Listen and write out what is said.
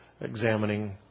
examining